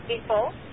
people